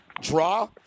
draw